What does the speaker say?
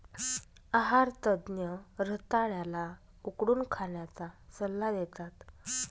आहार तज्ञ रताळ्या ला उकडून खाण्याचा सल्ला देतात